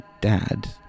dad